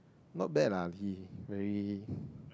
not bad lah he very